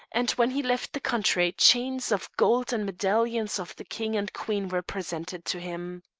and when he left the country chains of gold and medallions of the king and queen were presented to him.